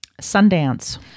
Sundance